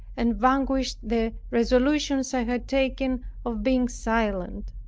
and vanquished the resolutions i had taken of being silent.